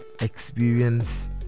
experience